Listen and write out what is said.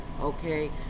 okay